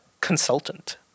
consultant